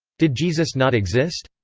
did jesus not exist?